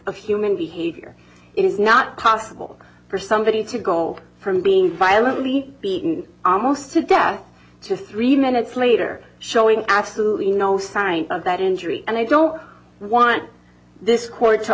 of human behavior it is not possible for somebody to go from being violently beaten almost to death just three minutes later showing absolutely no sign of that injury and i don't want this court to